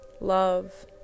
love